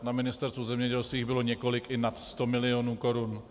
Na Ministerstvu zemědělství jich bylo několik i nad 100 milionů korun.